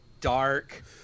dark